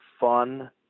fun